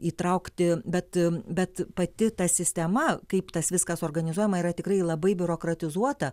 įtraukti bet bet pati ta sistema kaip tas viskas organizuojama yra tikrai labai biurokratizuota